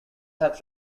have